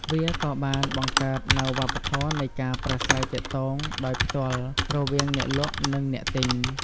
វាក៏បានបង្កើតនូវវប្បធម៌នៃការប្រាស្រ័យទាក់ទងដោយផ្ទាល់រវាងអ្នកលក់និងអ្នកទិញ។